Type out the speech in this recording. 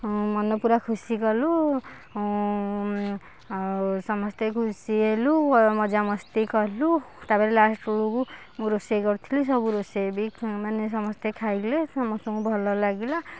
ମନ ପୁରା ଖୁସି କଲୁ ଆଉ ସମସ୍ତେ ଖୁସି ହେଲୁ ମଜାମସ୍ତି କଲୁ ତା'ପରେ ଲାଷ୍ଟ ବେଳକୁ ମୁଁ ରୋଷେଇ କରୁଥିଲି ସବୁ ରୋଷେଇ ବି ମାନେ ସମସ୍ତେ ଖାଇଲେ ସମସ୍ତଙ୍କୁ ଭଲ ଲାଗିଲା